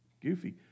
goofy